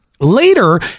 Later